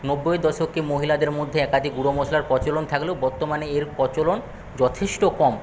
নব্বইয়ের দশকে মহিলাদের মধ্যে একাধিক গুঁড়ো মশলার প্রচলন থাকলেও বর্তমানে এর প্রচলন যথেষ্ট কম